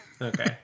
Okay